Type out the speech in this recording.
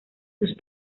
sus